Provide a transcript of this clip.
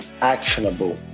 actionable